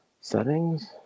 settings